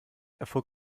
erfuhr